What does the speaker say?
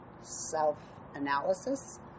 self-analysis